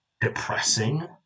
depressing